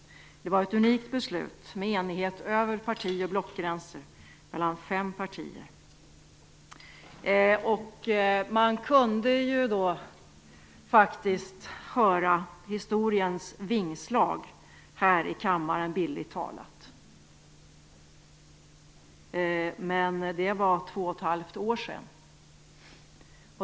Det var ett unikt beslut med enighet över parti och blockgränser mellan fem partier. Man kunde då faktiskt höra historiens vingslag här i kammaren, bildligt talat. Men det var två och ett halvt år sedan.